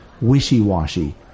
wishy-washy